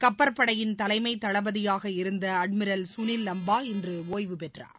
கப்பற்படையின் தலைமைதளபதியாக இருந்தஅட்மிரல் சுனில் வங்பா இன்றுஒய்வுபெற்றார்